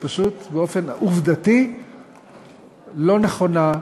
היא פשוט באופן עובדתי לא נכונה,